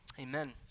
amen